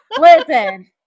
Listen